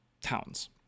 Towns